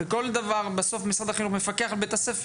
בסוף משרד החינוך מפקח על ביה"ס.